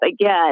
again